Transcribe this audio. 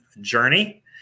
journey